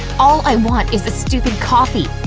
all i want is a stupid coffee!